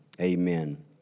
Amen